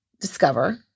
Discover